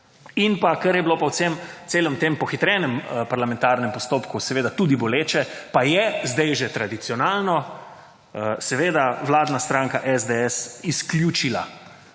in pa kar je bilo po celem tem pohitrenem parlamentarnem postopku seveda tudi boleče, pa je zdaj že tradicionalno vladna stranka SDS izključila